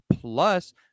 plus